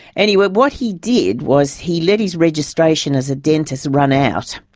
anyway, what he did was, he let his registration as a dentist run out,